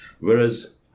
whereas